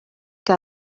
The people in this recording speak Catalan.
que